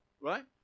Right